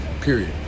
period